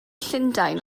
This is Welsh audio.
llundain